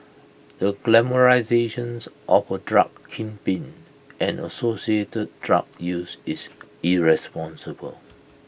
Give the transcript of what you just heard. the glamorisations of A drug kingpin and associated drug use is irresponsible